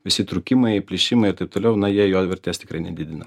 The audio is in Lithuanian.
visi trūkimai plyšimai ir taip toliau na jie jo vertės tikrai nedidina